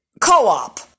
co-op